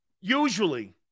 Usually